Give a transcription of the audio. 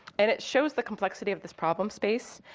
and it shows the complexity of this problem space.